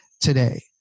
today